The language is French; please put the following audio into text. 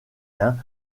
d’un